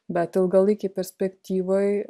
bet ilgalaikėj perspektyvoj